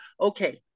okay